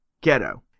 ghetto